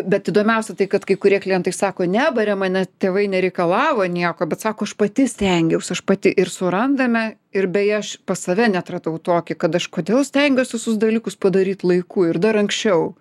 bet įdomiausia tai kad kai kurie klientai sako nebarė mane tėvai nereikalavo nieko bet sako aš pati stengiaus aš pati ir surandame ir beje aš pas save net radau tokį kad aš kodėl stengiuos visus dalykus padaryt laiku ir dar anksčiau